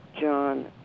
John